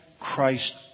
Christ